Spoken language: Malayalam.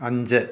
അഞ്ച്